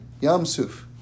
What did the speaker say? Yamsuf